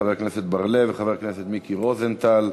חבר הכנסת בר-לב וחבר הכנסת מיקי רוזנטל.